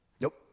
Nope